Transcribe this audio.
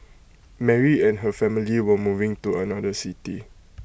Mary and her family were moving to another city